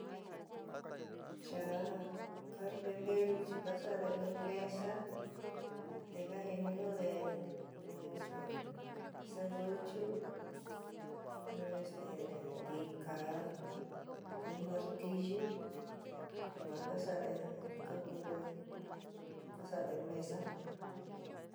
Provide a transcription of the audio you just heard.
Chaá carpinterú chi ka sa'ade in mesa te ka jiniñu'úde in in este serruchú in este ntikaá, in martillu. yuán ka sa'ade ka kude ka saade mesa.